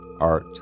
art